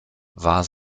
war